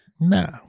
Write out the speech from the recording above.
No